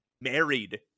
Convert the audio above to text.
married